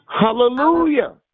Hallelujah